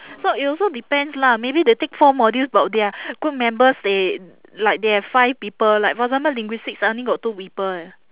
so it also depends lah maybe they take four modules but their group members they like they have five people like for example linguistics I only got two people eh